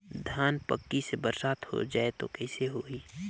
धान पक्की से बरसात हो जाय तो कइसे हो ही?